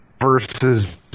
versus